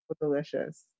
delicious